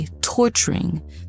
torturing